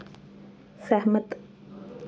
सैह्मत